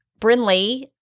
Brinley